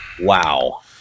wow